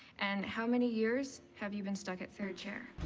and how many years have you been stuck at third chair?